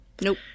nope